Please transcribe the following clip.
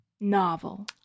Novel